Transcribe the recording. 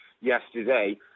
yesterday